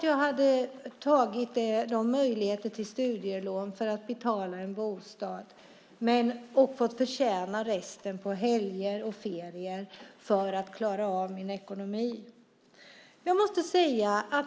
Jag tog möjligheterna till studielån för att betala en bostad och fick förtjäna resten på helger och ferier för att klara av min ekonomi.